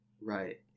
Right